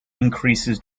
increases